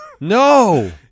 No